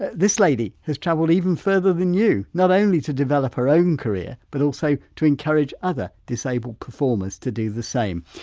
but lady has travelled even further than you, not only to develop her own career but also to encourage other disabled performers to do the same.